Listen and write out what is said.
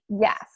Yes